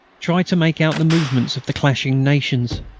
try to make out the movements of the clashing nations.